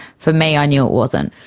for me i knew it wasn't.